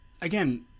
again